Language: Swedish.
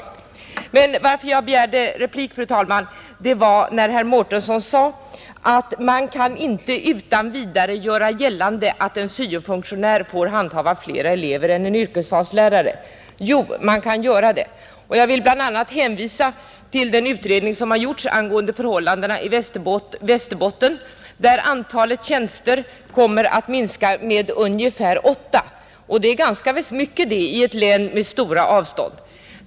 Men anledningen till att jag begärde ordet för replik, fru talman, var att herr Mårtensson sade att man inte utan vidare kan göra gällande att en syo-funktionär får hand om fler elever än en yrkesvalslärare. Jo, det kan man göra. Jag vill bl.a. hänvisa till den utredning som har gjorts angående förhållandena i Västerbotten, där antalet tjänster kommer att minska med ungefär åtta — och det är ganska mycket i ett län med stora avstånd.